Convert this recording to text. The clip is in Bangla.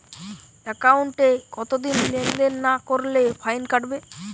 একাউন্টে কতদিন লেনদেন না করলে ফাইন কাটবে?